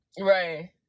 Right